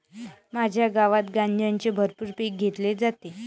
माझ्या गावात गांजाचे भरपूर पीक घेतले जाते